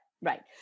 Right